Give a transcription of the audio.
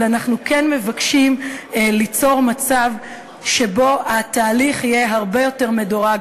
אבל אנחנו כן מבקשים ליצור מצב שבו התהליך יהיה הרבה יותר מדורג,